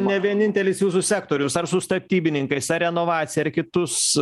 ne vienintelis jūsų sektorius ar su statybininkais ar renovacija ar kitus